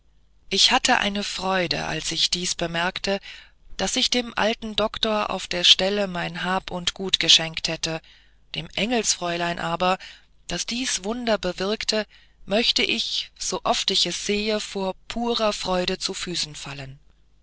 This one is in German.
ich hatte eine freude als ich dies bemerkte daß ich dem alten doktor auf der stelle mein hab und gut geschenkt hätte dem engelsfräulein aber das dies wunder bewirkte möchte ich so oft ich es sehe vor purer freude zu füßen fallen